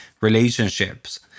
relationships